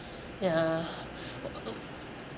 ya